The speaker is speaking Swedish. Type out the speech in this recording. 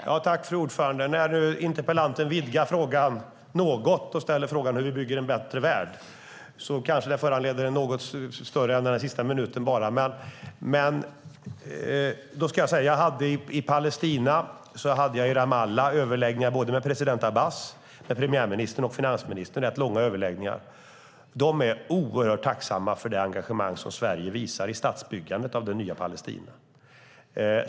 Fru talman! När interpellanten nu vidgar frågan något och ställer frågan hur vi bygger en bättre värld kanske det föranleder en något större debatt än denna sista minut. Men jag ska säga att jag i Ramallah i Palestina hade rätt långa överläggningar med president Abbas, med premiärministern och med finansministern. De är oerhört tacksamma för det engagemang som Sverige visar när det gäller statsbyggandet av det nya Palestina.